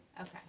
Okay